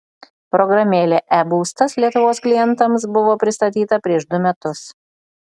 programėlė e būstas lietuvos klientams buvo pristatyta prieš du metus